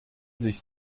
sich